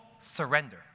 surrender